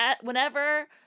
whenever